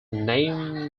name